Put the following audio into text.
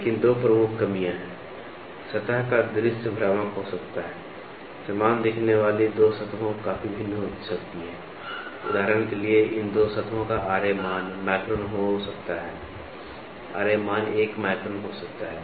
लेकिन दो प्रमुख कमियां हैं सतह का दृश्य भ्रामक हो सकता है समान दिखने वाली दो सतहें काफी भिन्न हो सकती हैं उदाहरण के लिए इन दो सतहों का मान 1 माइक्रोन हो सकता है